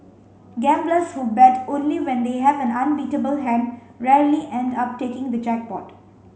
gamblers who bet only when they have an unbeatable hand rarely end up taking the jackpot